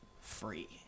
free